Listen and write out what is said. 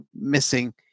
missing